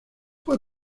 fue